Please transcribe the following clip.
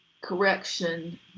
correction